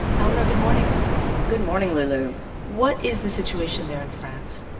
eleanor, good morning good morning, lulu what is the situation there in france?